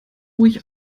ruhig